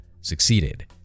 succeeded